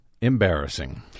embarrassing